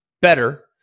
better